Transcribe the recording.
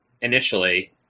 initially